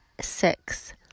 Six